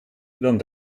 dan